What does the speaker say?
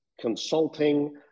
consulting